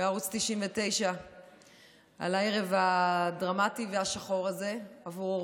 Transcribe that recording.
בערוץ 99 בערב הדרמטי והשחור הזה, בעבור